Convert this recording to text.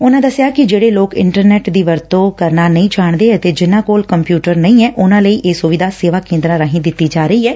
ਉਨਾਂ ਦਸਿਆ ਕਿ ਜਿਹੜੇ ਲੋਕ ਇਟਰਨੈਟ ਦੀ ਵਰਤੰ ਕਰਨਾ ਨਹੀ ਜਾਣਦੇ ਜਾਂ ਜਿਨੁਾਂ ਕੋਲ ਕੰਪਿਊਟਰ ਨਹੀ ਐ ਉਨੁਾਂ ਲਈ ਇਹ ਸੁਵਿਧਾ ਸੇਵਾ ਕੇਂਦਰਾਂ ਰਾਹੀਂ ਦਿੱਤੀ ਜਾ ਰਹੀ ਐ